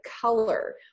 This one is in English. color